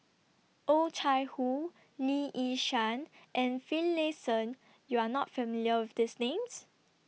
Oh Chai Hoo Lee Yi Shyan and Finlayson YOU Are not familiar with These Names